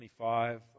25